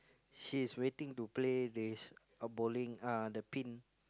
she's waiting to play this bowling ah the pin